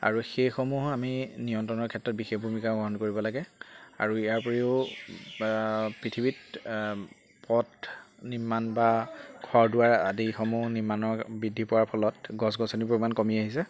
আৰু সেইসমূহো আমি নিয়ন্ত্ৰণৰ ক্ষেত্ৰত বিশেষ ভূমিকা গ্ৰহণ কৰিব লাগে আৰু ইয়াৰ উপৰিও পৃথিৱীত পথ নিৰ্মাণ বা ঘৰ দুৱাৰ আদিসমূহ নিৰ্মাণৰ বৃদ্ধি পোৱাৰ ফলত গছ গছনি পৰিমাণ কমি আহিছে